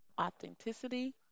authenticity